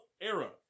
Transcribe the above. era